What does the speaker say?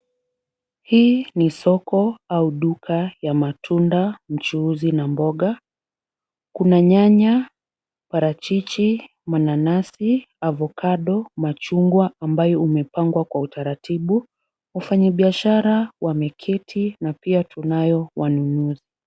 Hii ni soko au duka ya matunda, mchuuzi na mboga. Kuna nyanya, parachichi, mananasi, ovacado , machungwa ambayo umepangwa kwa utaratibu. Wafanyibiashara wameketi na pia tunayo wanunuzi.